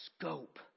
scope